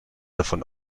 davon